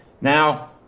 Now